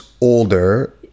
older